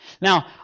Now